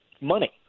money